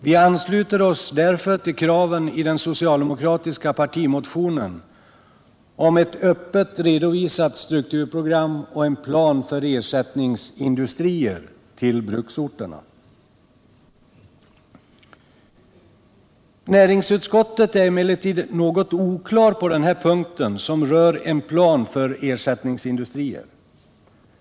Vi ansluter oss därför till kraven i den socialdemokratiska partimotionen på ett öppet redovisat strukturprogram och en plan för ersättningsindustrier till bruksorterna. Näringsutskottet är emellertid något oklart i sin skrivning på den punkt som gäller en plan för ersättningsindustrier.